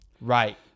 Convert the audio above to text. right